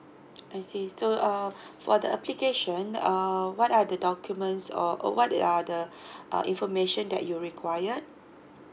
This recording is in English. I see so uh for the application uh what are the documents or what are the uh information that you required